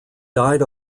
died